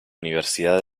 universidad